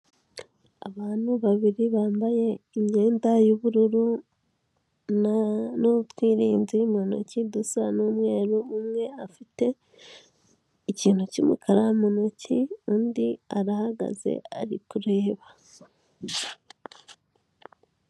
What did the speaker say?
Abantu babiri bambaye imyenda y'ubururu n'ubwirinzi mu ntoki dusa n'umweru, umwe afite ikintu cy'umukara mu ntoki, undi arahagaze ari kureba.